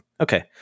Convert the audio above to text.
Okay